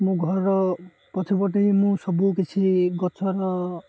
ମୋ ଘରର ପଛପଟେ ମୁଁ ସବୁକଛି ଗଛର